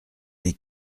les